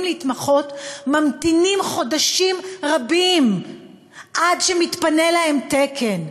להתמחות ממתינים חודשים רבים עד שמתפנה להם תקן.